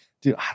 Dude